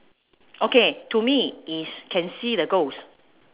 okay to me is can see the ghost